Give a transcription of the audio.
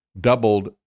doubled